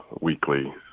weekly